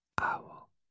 Owl